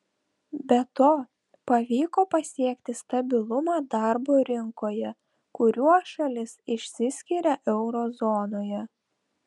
be to pavyko pasiekti stabilumą darbo rinkoje kuriuo šalis išsiskiria euro zonoje